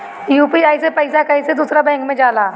UPI से पैसा कैसे दूसरा बैंक मे जाला?